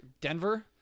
Denver